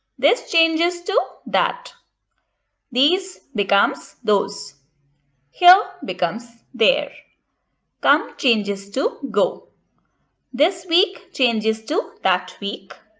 this changes to that these becomes those here becomes there come changes to go this week changes to that week.